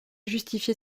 justifié